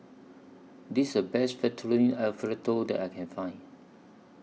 This IS The Best Fettuccine Alfredo that I Can Find